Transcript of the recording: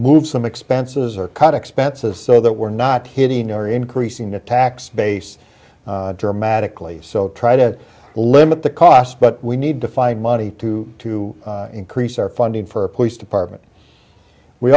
move some expenses or cut expenses so that we're not hitting our increasing the tax base dramatically so try to limit the cost but we need to find money to to increase our funding for a police department we